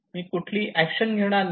मी कुठलीही एक्शन घेणार नाही